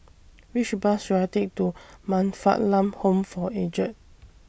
Which Bus should I Take to Man Fatt Lam Home For Aged